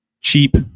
cheap